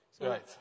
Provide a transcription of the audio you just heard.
Right